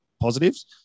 positives